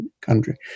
country